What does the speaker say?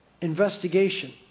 investigation